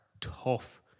tough